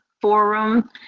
forum